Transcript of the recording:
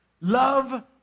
Love